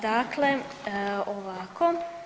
Dakle, ovako.